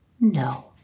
no